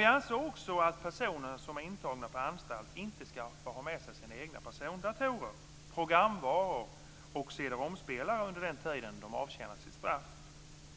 Vi anser också att personer som är intagna på anstalt inte ska få ha med sig egna persondatorer, programvaror och CD-romspelare under tiden de avtjänar sitt straff